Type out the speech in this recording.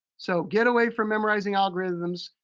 so get away from memorizing algorithms.